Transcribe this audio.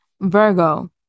Virgo